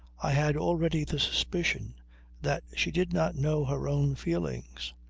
i had already the suspicion that she did not know her own feelings.